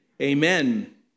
amen